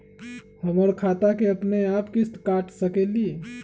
हमर खाता से अपनेआप किस्त काट सकेली?